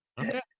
Okay